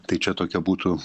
tai čia tokia būtų